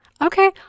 Okay